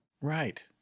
Right